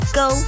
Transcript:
go